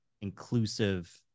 inclusive